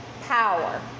power